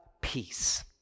peace